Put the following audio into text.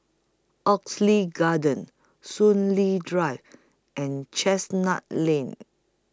Oxley Garden Soon Lee Drive and Chestnut Lane